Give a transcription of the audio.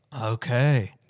Okay